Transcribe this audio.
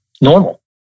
normal